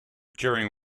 during